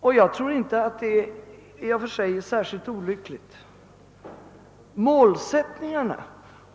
Detta är nog inte särskilt olyckligt i och för sig.